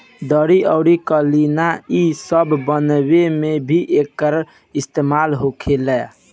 दरी अउरी कालीन इ सब बनावे मे भी एकर इस्तेमाल होखेला